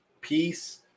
peace